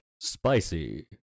spicy